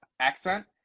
Accent